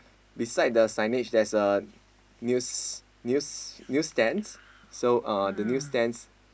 beside the signage there's a news news news stand so uh the news stand